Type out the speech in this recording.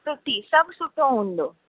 सुठी सभु सुठो हूंदो